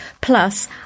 Plus